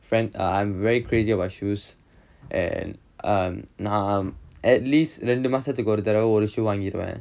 friend I'm very crazy about shoes and I'm I'm at least ரெண்டு மாசத்துக்கு ஒரு தடவ ஒரு:rendu maasathukku oru thadava oru shoe வாங்கிருவேன்:vaangiruvaen